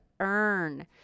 earn